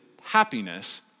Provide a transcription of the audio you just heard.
happiness